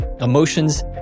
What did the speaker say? Emotions